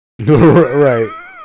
Right